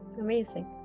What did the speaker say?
Amazing